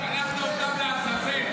שלחת אותם לעזאזל.